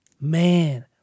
man